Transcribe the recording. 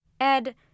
Ed